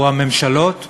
או הממשלות,